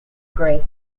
gray